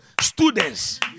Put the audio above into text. students